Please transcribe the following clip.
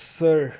sir